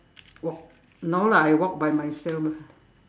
walk no lah I walk by myself lah